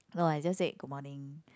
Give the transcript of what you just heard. no I just said good morning